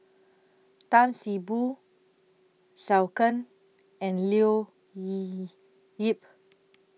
Tan See Boo Zhou Can and Liu Leo Yip